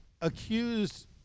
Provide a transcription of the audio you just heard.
accused